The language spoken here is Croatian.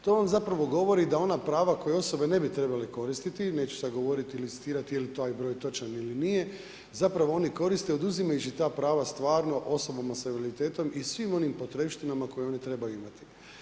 To vam zapravo govori da ona prava koje osobe ne bi trebale koristiti, neće sad govoriti ili citirati je li taj broj točan ili nije, zapravo oni koriste oduzimajući ta prava stvarno osobama sa invaliditetom i svim onim potrepštinama koje oni trebaju imati.